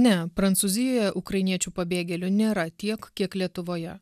ne prancūzijoje ukrainiečių pabėgėlių nėra tiek kiek lietuvoje